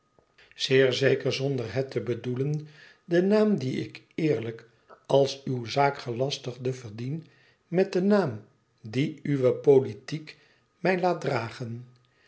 zeker zonder het te bedoelen den naam dien ik eerlijk als uw zaakgelastigde verdien met den naam dien uwe politiek mij laat dragen